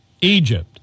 Egypt